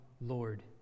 Lord